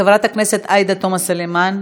חברת הכנסת עאידה תומא סלימאן,